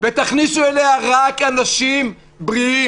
ותכניסו אליה רק אנשים בריאים.